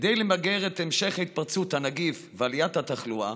כדי למגר את המשך התפרצות הנגיף ועליית התחלואה